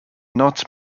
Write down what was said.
not